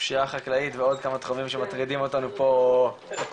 פשיעה חקלאית ועוד כמה תחומים שמטרידים אותנו פה בכנסת.